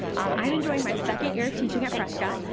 i'm enjoying my second year of teaching at prescott.